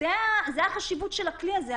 זאת החשיבות של הכלי הזה.